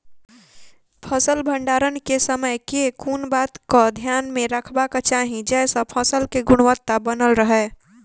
फसल भण्डारण केँ समय केँ कुन बात कऽ ध्यान मे रखबाक चाहि जयसँ फसल केँ गुणवता बनल रहै?